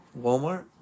Walmart